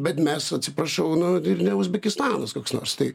bet mes atsiprašau nu ir ne uzbekistanas koks nors tai